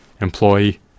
employee